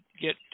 get